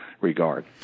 regard